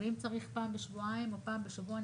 ואם צריך פעם בשבועיים או פעם בשבוע,